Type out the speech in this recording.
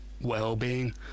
well-being